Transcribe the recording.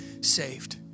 saved